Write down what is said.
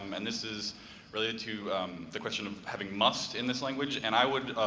um and this is related to the question of having must in this language. and i would